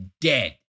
dead